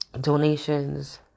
donations